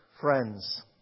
friends